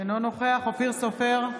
אינו נוכח אופיר סופר,